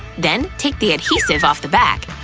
then take the adhesive off the back,